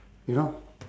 you know